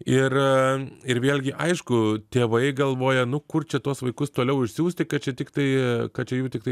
ir ir vėlgi aišku tėvai galvoja nu kur čia tuos vaikus toliau išsiųsti kad čia tiktai kad čia jų tiktai